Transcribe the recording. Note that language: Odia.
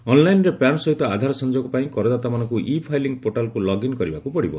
ଅନ୍ଲାଇନରେ ପ୍ୟାନ ସହିତ ଆଧାର ସଂଯୋଗ ପାଇଁ କରଦାତାମାନଙ୍କୁ ଇ ଫାଇଲିଂ ପୋଟାଲକୁ ଲଗ୍ଇନ୍ କରିବାକୁ ପଡିବ